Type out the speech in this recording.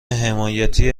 حمایتی